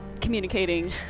communicating